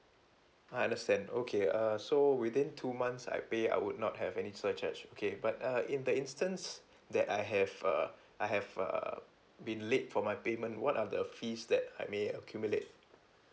I understand okay uh so within two months I pay I would not have any surcharge okay but uh in the instance that I have uh I have uh being late for my payment what are the fees that I may accumulate